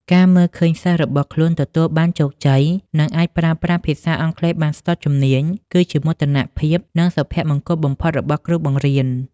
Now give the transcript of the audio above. ការមើលឃើញសិស្សរបស់ខ្លួនទទួលបានជោគជ័យ និងអាចប្រើប្រាស់ភាសាអង់គ្លេសបានស្ទាត់ជំនាញ គឺជាមោទនភាព និងសុភមង្គលបំផុតរបស់គ្រូបង្រៀន។